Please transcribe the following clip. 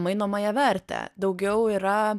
mainomąją vertę daugiau yra